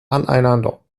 aneinander